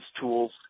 tools